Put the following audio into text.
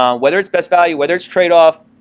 um whether it's best value, whether it's tradeoff,